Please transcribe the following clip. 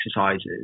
exercises